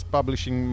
publishing